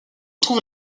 trouve